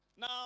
now